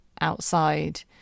Outside